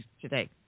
today